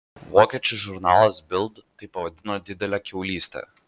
vokiečių žurnalas bild tai pavadino didele kiaulyste